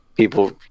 People